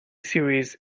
series